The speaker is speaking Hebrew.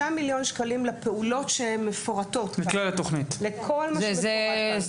6 מיליון שקלים לפעולות שהן מפורטות לכל מה שפורט כאן.